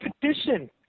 petition